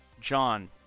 John